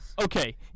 Okay